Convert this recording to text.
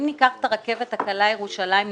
אם ניקח את הרכבת הקלה בירושלים נקודתית,